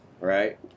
right